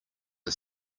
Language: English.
are